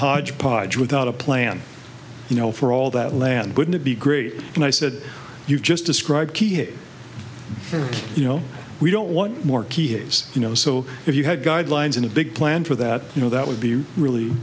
hodgepodge without a plan you know for all that land wouldn't it be great and i said you just described keep it for you know we don't want more kias you know so if you had guidelines and a big plan for that you know that would be really